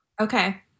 Okay